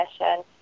mission